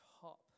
top